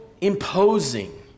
imposing